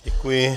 Děkuji.